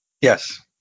Yes